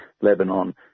Lebanon